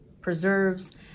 preserves